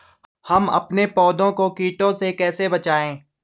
हम अपने पौधों को कीटों से कैसे बचाएं?